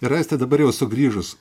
ir aiste dabar jau sugrįžus